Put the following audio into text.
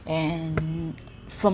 and from